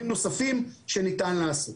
נוספים שניתן לעשות.